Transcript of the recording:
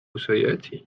سيأتي